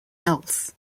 else